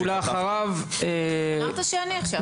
חבר הכנסת דוידסון ואחריו --- אמרת שאני עכשיו.